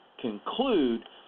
conclude